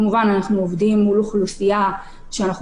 אנחנו עובדים מול אוכלוסייה שאנחנו